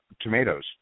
Tomatoes